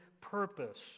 purpose